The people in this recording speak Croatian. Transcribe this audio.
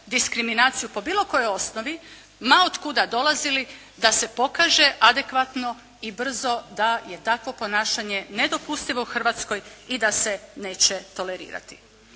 diskriminaciju po bilo kojoj osnovi ma otkuda dolazili da se pokaže adekvatno i brzo da je takvo ponašanje nedopustivo u Hrvatskoj i da se neće tolerirati.